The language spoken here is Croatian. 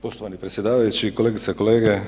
Poštovani predsjedavajući, kolegice i kolege.